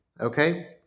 okay